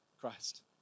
Christ